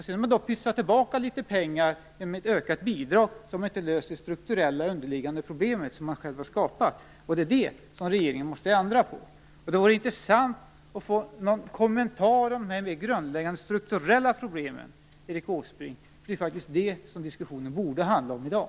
Sedan har man pytsat tillbaka litet pengar genom ett ökat bidrag som inte löser de strukturella, underliggande problem som man själv har skapat. Det är det regeringen måste ändra på. Det vore intressant att få en kommentar omkring de här mer grundläggande strukturella problemen, Erik Åsbrink. Det är faktiskt det diskussionen borde handla om i dag.